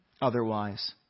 otherwise